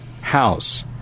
house